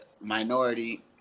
minority